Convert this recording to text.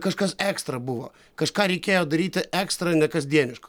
kažkas ekstra buvo kažką reikėjo daryti ekstra nekasdieniško